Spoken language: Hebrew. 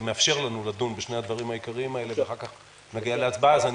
זה מאפשר לנו לדון בשלושת הדברים העיקריים האלה ואחר כך להגיע להצבעה.